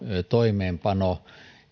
toimeenpano